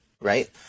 right